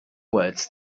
words